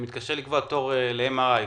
שמתקשר לקבוע תור ל-MRI,